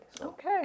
Okay